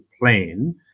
plan